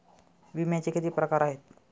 विम्याचे किती प्रकार आहेत?